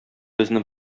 безне